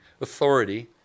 authority